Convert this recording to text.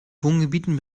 wohngebieten